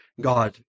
God